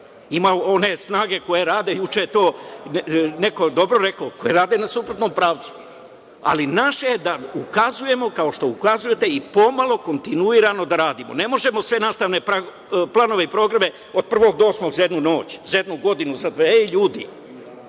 Ima onih snaga koje rade i uče. Neko je to dobro rekao – koje rade na suprotnom pravcu. Ali, naše je da ukazujemo, kao što ukazujete, i pomalo, kontinuirano da radimo. Ne možemo sve nastavne planove i programe od prvog do osmog razreda za jednu noć, za jednu godinu, za dve. Ej, ljudi,